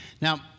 Now